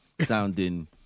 sounding